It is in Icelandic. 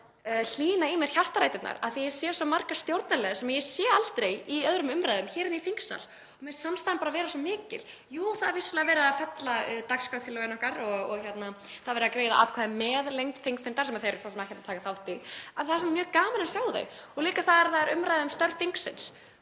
hlýnar mér um hjartaræturnar af því að ég sé svo marga stjórnarliða sem ég sé aldrei í öðrum umræðum hér í þingsal. Mér finnst samstaðan bara vera svo mikil. Jú, það er vissulega verið að fella dagskrártillöguna okkar og það er verið að greiða atkvæði með lengd þingfundar, sem þeir eru svo sem ekkert að taka þátt í, en það er samt mjög gaman að sjá þau. Og líka þegar það er umræða um störf þingsins